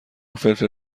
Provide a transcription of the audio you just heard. فلفل